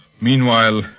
Meanwhile